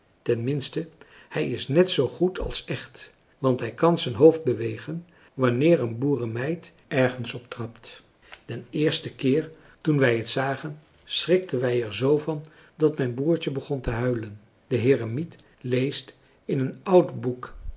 ten minste hij is net zoo goed als echt want hij kan zijn hoofd bewegen wanneer een boerenmeid ergens op trapt den eersten keer toen wij het zagen schrikten wij er zoo van dat mijn broertje begon te huilen de heremiet leest in een oud boek